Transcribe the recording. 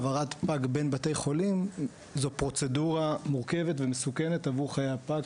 העברת פג בין בתי חולים זו פרוצדורה מורכבת ומסוכנת עבור חיי הפג,